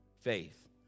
faith